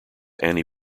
anti